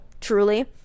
truly